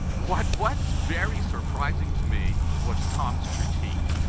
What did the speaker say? what was very surprising to me was tom's critique,